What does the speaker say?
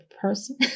person